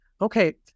Okay